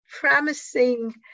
promising